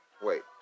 Wait